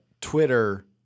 Twitter